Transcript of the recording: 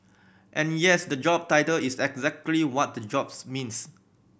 and yes the job title is exactly what the jobs means